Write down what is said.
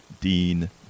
Dean